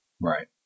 Right